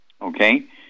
Okay